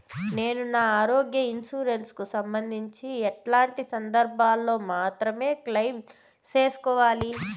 నేను నా ఆరోగ్య ఇన్సూరెన్సు కు సంబంధించి ఎట్లాంటి సందర్భాల్లో మాత్రమే క్లెయిమ్ సేసుకోవాలి?